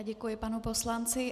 Děkuji panu poslanci.